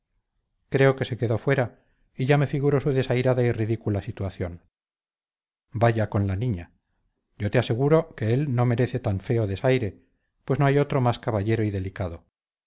creo que se quedó fuera y ya me figuro su desairada y ridícula situación vaya con la niña yo te aseguro que él no merece tan feo desaire pues no hay otro más caballero y delicado